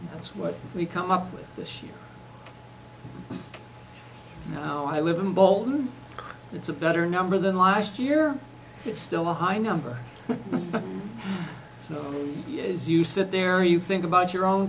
that's what we come up with this year i live in boulder it's a better number than last year it's still a high number so as you sit there you think about your own